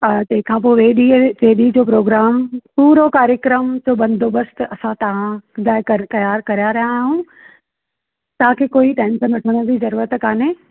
अ तंहिंखां पोइ वेॾीअ वेॾी जो प्रोग्राम पूरो कार्यक्रमु जो बंदोबस्तु असां तव्हां लाइ कर तयार करिया रहिया ऐं तव्हांखे कोई टेंशन वठण जी ज़रूरत कोन्हे